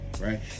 right